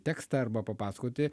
tekstą arba papasakoti